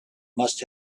must